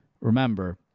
remember